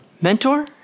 mentor